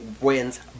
wins